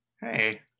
Hey